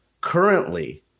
currently